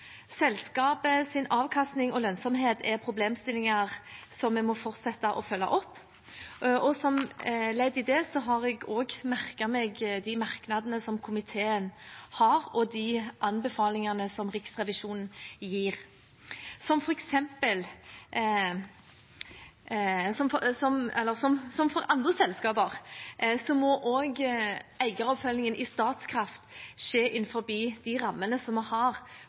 avkastning og lønnsomhet er problemstillinger vi må fortsette å følge opp, og som ledd i det har jeg også merket meg de merknadene som komiteen har, og de anbefalingene som Riksrevisjonen gir. Som for andre selskaper må også eieroppfølgingen i Statkraft skje innenfor de rammene som vi har for